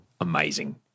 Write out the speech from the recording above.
Amazing